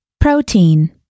Protein